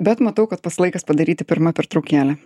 bet matau kad pats laikas padaryti pirmą pertraukėlę